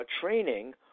training